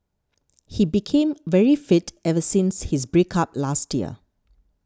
he became very fit ever since his break up last year